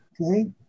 Okay